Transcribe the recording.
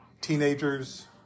teenagers